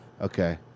Okay